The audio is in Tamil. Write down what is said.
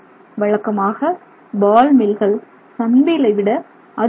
வழக்கமாக பால் மில்கள் சன் வீலை விட அதிக ஆர்